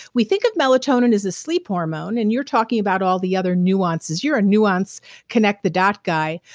we think of melatonin as a sleep hormone and you're talking about all the other nuances you're a nuance connect the dot guy,